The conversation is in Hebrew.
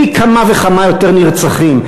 פי-כמה וכמה יותר נרצחים.